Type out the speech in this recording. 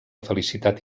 felicitat